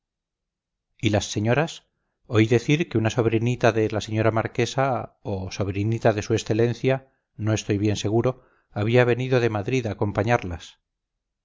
y las señoras oí decir que una sobrinita de la señora marquesa o sobrinita de su excelencia no estoy bien seguro había venido de madrid a acompañarlas